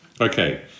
Okay